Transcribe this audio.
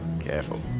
Careful